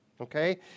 Okay